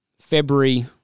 February